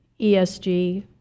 ESG